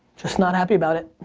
just not happy about it.